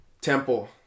Temple